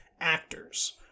actors